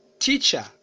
teacher